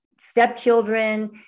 stepchildren